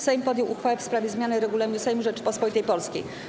Sejm podjął uchwałę w sprawie zmiany Regulaminu Sejmu Rzeczypospolitej Polskiej.